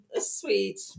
sweet